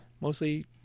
mostly